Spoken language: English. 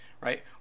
right